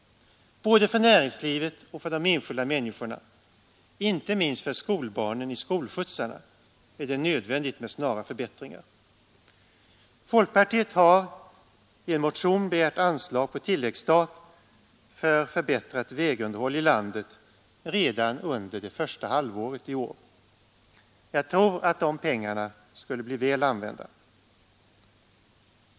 Både för näringslivet och för de enskilda människorna, inte minst för skolbarnen i skolskjutsarna, är det nödvändigt med snara förbättringar. Folkpartiet har i en motion begärt anslag på tilläggsstat för förbättrat vägunderhåll i landet redan det första halvåret i år. Jag tror att de pengarna skulle bli väl använda.